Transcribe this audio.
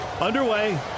Underway